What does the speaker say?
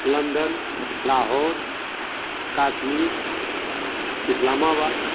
London Lahore Kashmir Islamabad